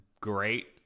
great